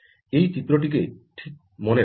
এই চিত্রটিকে ঠিক মনে রাখুন